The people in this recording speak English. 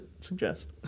suggest